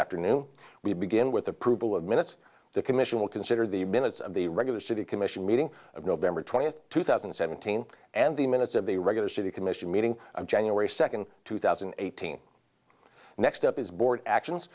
afternoon we begin with approval of minutes the commission will consider the minutes of the regular city commission meeting of november twentieth two thousand and seventeen and the minutes of the regular city commission meeting january second two thousand and eighteen next up is board actions